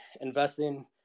investing